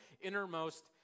innermost